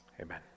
amen